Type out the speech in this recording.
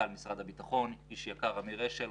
שמשרד הביטחון דואג לזה שחברות כוח-האדם לא יחסכו על הגב שלי,